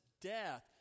death